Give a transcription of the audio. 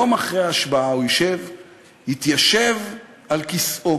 יום אחרי ההצבעה הוא יתיישב על כיסאו,